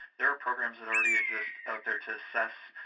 there are programs that already exist out there to assess